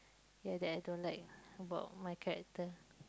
ya that I don't like about my character